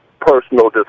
personal